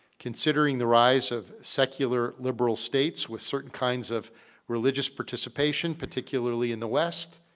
considering the rise of secular, liberal states with certain kinds of religious participation, particularly in the west,